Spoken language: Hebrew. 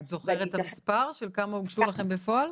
את זוכרת את המספר של כמה אושרו לכם בפועל?